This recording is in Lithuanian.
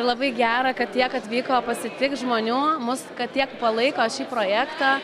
labai gera kad tiek atvyko pasitikt žmonių mus kad tiek palaiko šį projektą